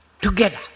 together